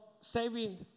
saving